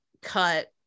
cut